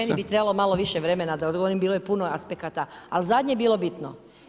Meni bi trebalo malo više vremena da odgovorim, bilo je puno aspekata, ali zadnje je bilo bitno.